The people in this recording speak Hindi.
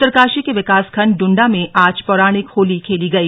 उत्तरकाशी के विकास खण्ड डुंडा में आज पौराणिक होली खली गई